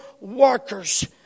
workers